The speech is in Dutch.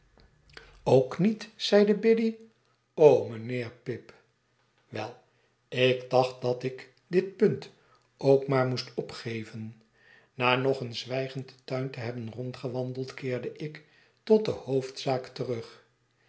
ook niet zeide biddy mijnheer pip wel ik dacht dat ik dit punt ook maar moest opgeven na nog eens zwijgend den tuin te hebben rondgewandeld keerde ik tot de hoofdzaak terug